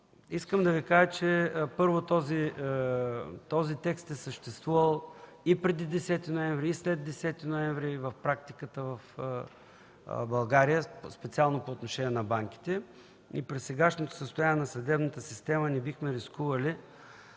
с юристи и така нататък. Този текст е съществувал и преди 10 ноември, и след 10 ноември в практиката в България, специалното отношение на банките. При сегашното състояние на съдебната система не бихме рискували